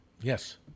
Yes